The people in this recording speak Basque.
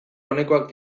onekoak